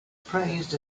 praised